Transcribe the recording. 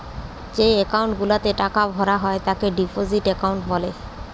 যেই একাউন্ট গুলাতে টাকা ভরা হয় তাকে ডিপোজিট একাউন্ট বলে